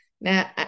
Now